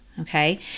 okay